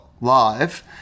Live